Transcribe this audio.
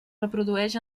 reprodueix